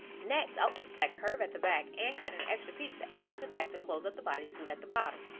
next, i'll fix the curve at the back and cut an extra piece to add to the back to close up the bodysuit at the bottom.